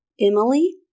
Emily